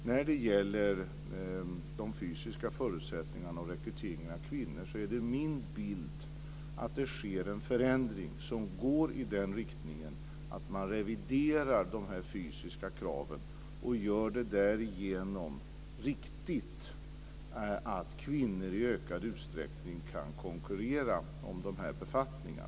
När det gäller de fysiska förutsättningarna och rekryteringen av kvinnor är det min bild att det sker en förändring som går i den riktningen att man reviderar dessa fysiska krav och därigenom gör det riktigt att kvinnor i ökad utsträckning kan konkurrera om dessa befattningar.